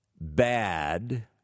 bad